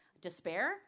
despair